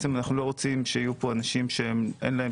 אנחנו לא רוצים שיהיו פה אנשים שאין להם